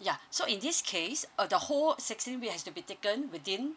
ya so in this case uh the whole sixteen weeks has to be taken within